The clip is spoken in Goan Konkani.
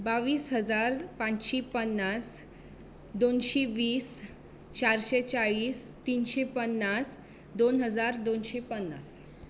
बावीस हजार पांचशी पन्नास दोनशी वीस चारशें चाळीस तिनशें पन्नास दोन हजार दोनशें पन्नास